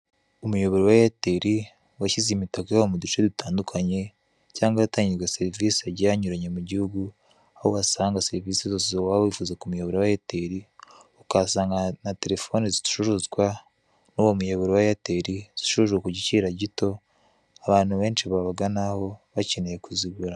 Umuyoboro wa eyatera washyize imitaka yayo muduce dutandukanye, cyangwa ahatangirwa serivise hagiye hanyuranye mugihugu, aho uhasanga serivise zose waba wifuza kumuyoboro wa eyateri, ukahasanga na terefone zicuruzwa, n'uwo muyoboro wa eyateri zicuruzwa kugiciro gito abantu benshi babaganaho bakeneye.